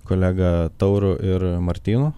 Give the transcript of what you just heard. kolega tauru ir martynu